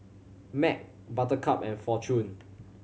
Mac Buttercup and Fortune